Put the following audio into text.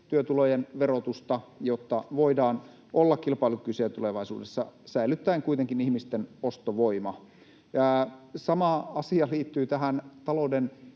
työtulojen verotusta, jotta voidaan olla kilpailukykyisiä tulevaisuudessa säilyttäen kuitenkin ihmisten ostovoima. Sama asia liittyy tähän talouden